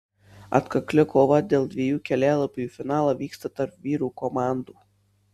atkakli kova dėl dviejų kelialapių į finalą vyksta tarp vyrų komandų